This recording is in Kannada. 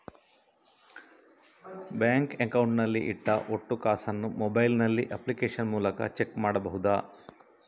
ಬ್ಯಾಂಕ್ ಅಕೌಂಟ್ ನಲ್ಲಿ ಇಟ್ಟ ಒಟ್ಟು ಕಾಸನ್ನು ಮೊಬೈಲ್ ನಲ್ಲಿ ಅಪ್ಲಿಕೇಶನ್ ಮೂಲಕ ಚೆಕ್ ಮಾಡಬಹುದಾ?